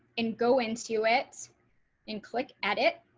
and go into it and click at it.